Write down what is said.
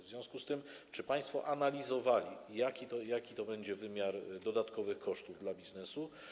W związku z tym czy państwo analizowaliście, jaki to będzie wymiar dodatkowych kosztów dla biznesu?